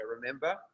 remember